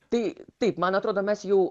tai taip man atrodo mes jau